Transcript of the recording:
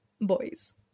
boys